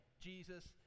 Jesus